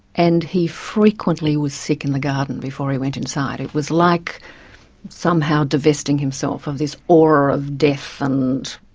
and he frequently was sick in the garden before he went inside. it was like somehow divesting himself of this aura of death. and